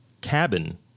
cabin